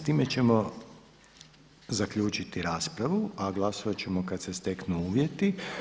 S time ćemo zaključiti raspravu a glasovat ćemo kad se steknu uvjeti.